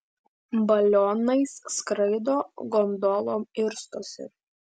balionais skraido gondolom irstosi